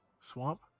Swamp